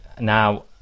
now